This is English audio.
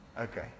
Okay